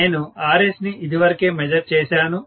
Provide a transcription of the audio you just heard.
నేను Rs ని ఇదివరకే మెజర్ చేసాను